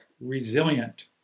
Resilient